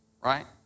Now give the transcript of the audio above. right